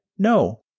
No